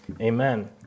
Amen